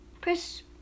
Press